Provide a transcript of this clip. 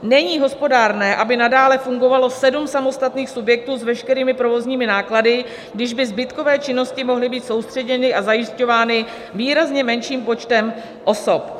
Není hospodárné, aby nadále fungovalo sedm samostatných subjektů s veškerými provozními náklady, když by zbytkové činnosti mohly být soustředěny a zajišťovány výrazně menším počtem osob.